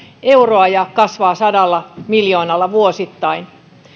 euroa ja kasvaa sadalla miljoonalla vuosittain